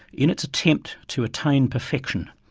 in its attempt to attain perfection,